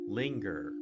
linger